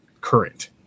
current